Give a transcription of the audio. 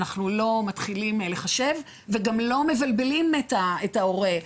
אנחנו לא מתחילים לחשב וגם לא מבלבלים את ההורה.